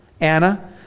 Anna